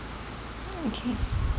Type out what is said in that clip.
mm okay